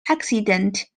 accident